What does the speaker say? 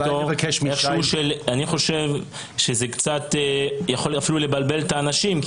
אני חושב שזה יכול לבלבל את האנשים,